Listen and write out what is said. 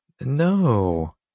No